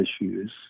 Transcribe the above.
issues